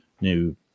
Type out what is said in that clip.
new